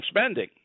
spending